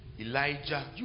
elijah